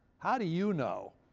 how do you know?